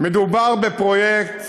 מדובר בפרויקט,